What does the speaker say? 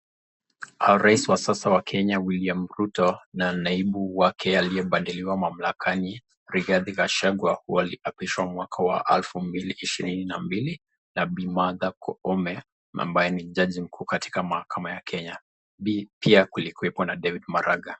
Rais wa sasa William Ruto na naibu wake aliyebadiliwa mamlaka ni Rigathe Gachagua. Waliapishwa mwaka wa alfu mbili ishirini na mbili na bi Martha Koome ambaye ni jaji mkuu katika mahakama ya kenya kulikuwepo pia na David Maraga.